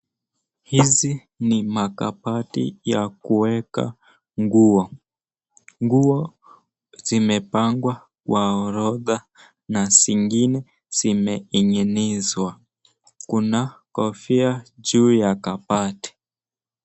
Hizi ni makabati ya kuweka nguo. Nguo zimepangwa kwa orodha na zingine zimeinginizwa. Kuna kofia juu ya kabati.